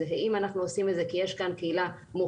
זה אם אנחנו עושים את זה כי יש כאן קהילה מוחלשת,